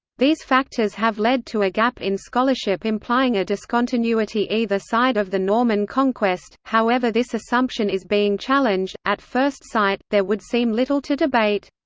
these factors have led to a gap in scholarship implying a discontinuity either side of the norman conquest, however this assumption is being challenged at first sight, there would seem little to debate.